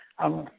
अब